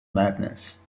madness